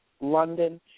London